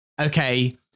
okay